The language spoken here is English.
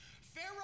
Pharaoh